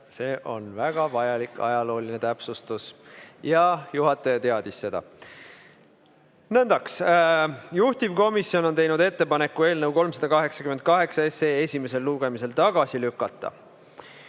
See on väga vajalik ajalooline täpsustus. Jaa, juhataja teadis seda. Nõndaks. Juhtivkomisjon on teinud ettepaneku eelnõu 388 esimesel lugemisel tagasi lükata.